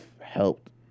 helped